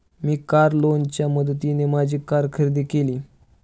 मी car लोनच्या मदतीने माझी कार खरेदी केली